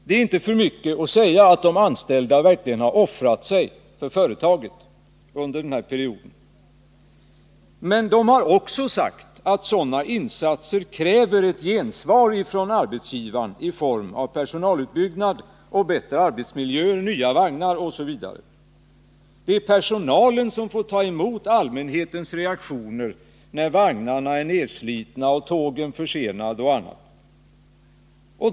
Det är inte för mycket sagt att de anställda har offrat sig för företaget under den här perioden. Men de har också sagt att sådana insatser kräver ett gensvar från arbetsgivaren i form av personalutbyggnad och bättre arbetsmiljöer, nya vagnar osv. Det är personalen som får ta emot allmänhetens reaktioner när vagnarna är nedslitna och tågen försenade.